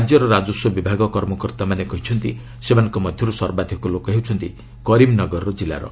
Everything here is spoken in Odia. ରାଜ୍ୟର ରାଜସ୍ୱ ବିଭାଗ କର୍ମକର୍ତ୍ତାମାନେ କହିଛନ୍ତି ସେମାନଙ୍କ ମଧ୍ୟରୁ ସର୍ବାଧିକ ଲୋକ ହେଉଛନ୍ତି କରିମ୍ନଗର ଜିଲ୍ଲାର